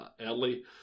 early